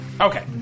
Okay